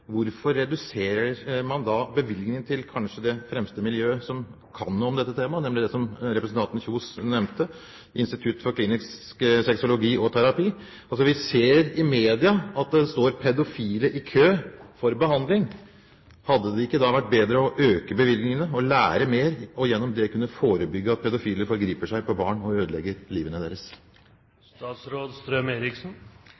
Hvorfor reduserer man da bevilgningen til kanskje det fremste miljøet som kan noe om dette temaet, nemlig det som representanten Kjønaas Kjos nevnte, Institutt for klinisk sexologi og terapi? Vi ser i media at det står pedofile i kø for behandling. Hadde det ikke da vært bedre å øke bevilgningene og lære mer, og gjennom det kunne forebygge at pedofile forgriper seg på barn og ødelegger livet deres?